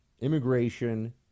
immigration